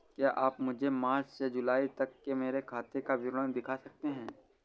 क्या आप मुझे मार्च से जूलाई तक की मेरे खाता का विवरण दिखा सकते हैं?